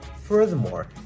Furthermore